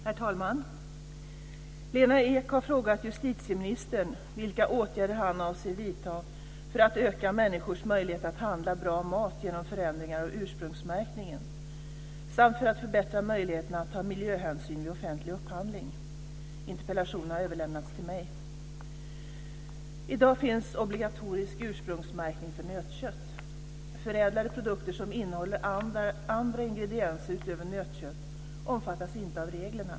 Herr talman! Lena Ek har frågat justitieministern vilka åtgärder han avser att vidta för att öka människors möjlighet att handla bra mat genom förändringar av ursprungsmärkningen samt för att förbättra möjligheterna att ta miljöhänsyn vid offentlig upphandling. Interpellationen har överlämnats till mig. I dag finns obligatorisk ursprungsmärkning för nötkött. Förädlade produkter som innehåller andra ingredienser utöver nötkött omfattas inte av reglerna.